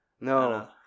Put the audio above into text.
no